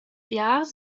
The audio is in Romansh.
biars